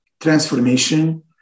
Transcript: transformation